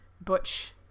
butch